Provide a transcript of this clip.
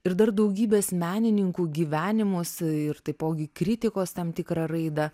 ir dar daugybės menininkų gyvenimus ir taipogi kritikos tam tikrą raidą